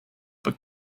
but